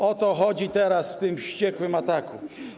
O to chodzi teraz w tym wściekłym ataku.